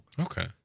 okay